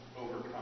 overcome